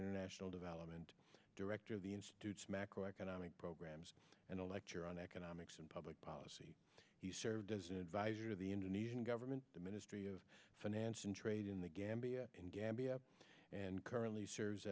international development director of the institute's macro economic programs and a lecture on economics and public policy he served as an advisor to the indonesian government the ministry of finance and trade in the gambia in gambia and